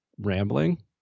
rambling